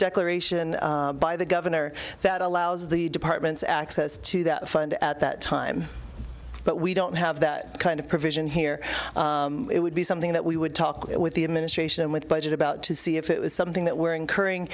declaration by the governor that allows the departments access to that fund at that time but we don't have that kind of provision here it would be something that we would talk with the administration with budget about to see if it was something that we're incurring